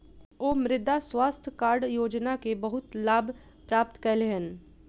ओ मृदा स्वास्थ्य कार्ड योजना के बहुत लाभ प्राप्त कयलह्नि